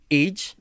age